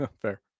Fair